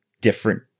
different